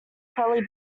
probably